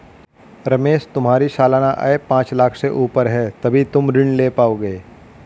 रमेश तुम्हारी सालाना आय पांच लाख़ से ऊपर है तभी तुम ऋण ले पाओगे